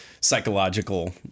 psychological